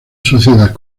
sociedad